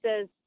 says